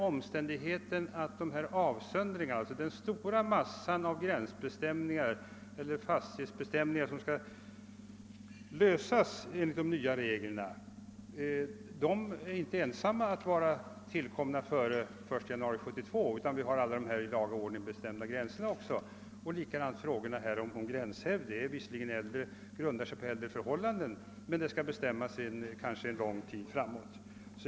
Reglerna om gränsbestämningar eller = fastighetsbestämningar finns redan i den nuvarande lagen, likaså reglerna om i laga ordning och icke i laga ordning bestämda gränser men inte reglerna om gränshävd. Dessa senare bestämmelser återfinns nu i det nya förslaget till promulgationslag. Gränshävden grundar sig visserligen på äldre förhållanden men skall vara bestämmande för kanske lång tid framåt.